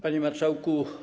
Panie Marszałku!